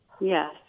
Yes